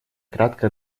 кратко